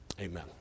Amen